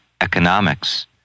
economics